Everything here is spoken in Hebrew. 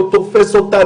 לא תופס אותה,